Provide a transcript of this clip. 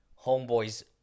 homeboy's